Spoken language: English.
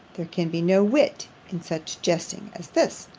there can be no wit in such jesting as this.